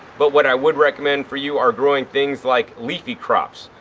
but what i would recommend for you are growing things like leafy crops.